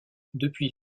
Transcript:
depuis